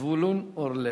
זבולון אורלב.